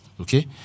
Okay